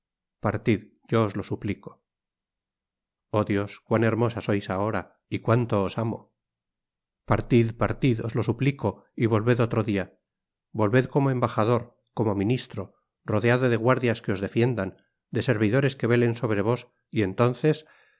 partid yo os lo suplico oh dios cuán hermosa sois ahora y cuanto os amo partid partid os lo suplico y volved otro dia volved como embajador como ministro rodeado de guardias que os defiendan de servidores que velen sobre vos y entonces